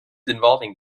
involving